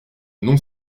non